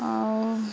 ଆଉ